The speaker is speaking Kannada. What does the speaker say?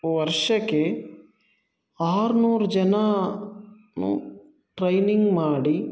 ವರ್ಷಕೆ ಆರ್ನೂರು ಜನ ಟ್ರೈನಿಂಗ್ ಮಾಡಿ